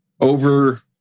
over